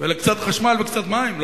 לקצת חשמל ולקצת מים.